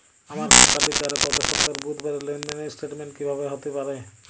আমার কার্ডের দ্বারা গত সপ্তাহের বুধবারের লেনদেনের স্টেটমেন্ট কীভাবে হাতে পাব?